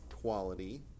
quality